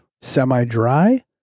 semi-dry